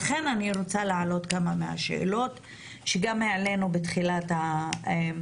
על כן אני רוצה להעלות כמה מהשאלות שגם העלינו בתחילת הישיבה,